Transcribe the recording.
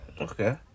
Okay